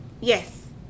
Yes